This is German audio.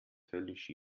höllisch